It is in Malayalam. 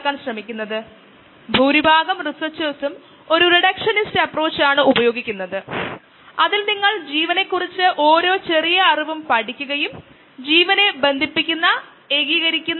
രണ്ടിനുമിടയിൽ അതിനാൽ ബാച്ചിനും തുടർച്ചയായതിനും നമുക്ക് ഫെഡ് ബാച്ച് ഉണ്ടായിരുന്നു അവിടെ നമുക്ക് ഒരു ബാച്ചായി ആരംഭിക്കാം തുടർന്ന് നമുക്ക് ഇടയ്ക്കിടെ ഫീഡ് ചെയാം